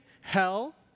hell